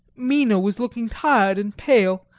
mina was looking tired and pale,